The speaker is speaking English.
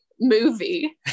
movie